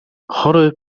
chory